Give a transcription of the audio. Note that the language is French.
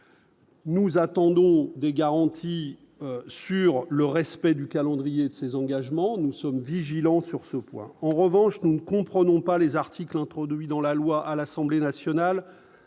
nous attendons des garanties sur le respect du calendrier de ces engagements, nous sommes vigilants sur ce point, en revanche, nous ne comprenons pas les articles introduits dans la loi à l'Assemblée nationale,